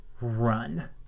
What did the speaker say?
run